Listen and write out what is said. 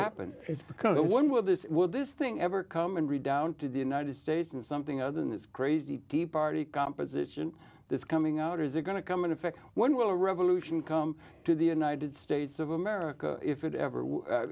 happened is because no one will this will this thing ever come and read down to the united states and something other than this crazy the party composition this coming out is it going to come in effect when will a revolution come to the united states of america if it ever